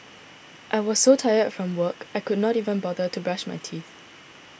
I was so tired from work I could not even bother to brush my teeth